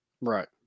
Right